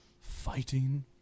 fighting